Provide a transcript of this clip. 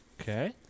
okay